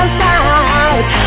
side